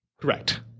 Correct